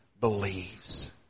believes